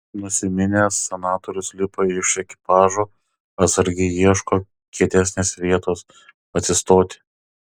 nusiminęs senatorius lipa iš ekipažo atsargiai ieško kietesnės vietos atsistoti